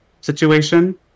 situation